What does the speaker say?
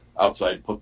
outside